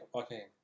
okay